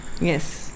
Yes